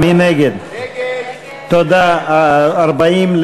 סעיף 40,